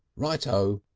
right o.